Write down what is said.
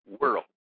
World